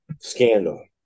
scandal